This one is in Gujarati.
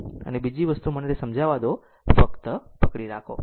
અને બીજી વસ્તુ મને તે સમજાવા દો ફક્ત પકડી રાખો